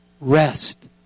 rest